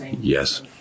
Yes